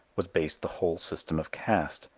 was based the whole system of caste,